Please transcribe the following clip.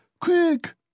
Quick